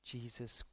Jesus